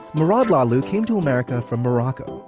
mourad lahlou came to america from morocco,